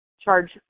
charge